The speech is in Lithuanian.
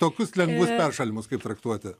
tokius lengvus peršalimus kaip traktuoti